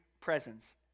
presence